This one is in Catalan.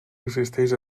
existeix